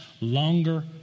longer